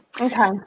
okay